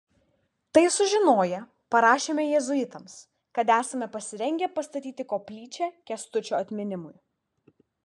tai sužinoję parašėme jėzuitams kad esame pasirengę pastatyti koplyčią kęstučio atminimui